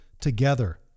together